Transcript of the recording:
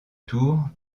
tours